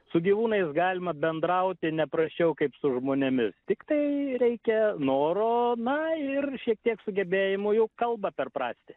su gyvūnais galima bendrauti ne prasčiau kaip su žmonėmis tiktai reikia noro na ir šiek tiek sugebėjimo jų kalbą perprasti